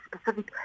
specific